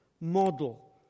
model